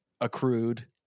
accrued